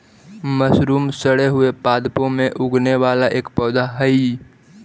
mushroom सड़े हुए पादपों में उगने वाला एक पौधा हई